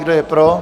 Kdo je pro?